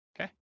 Okay